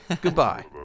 Goodbye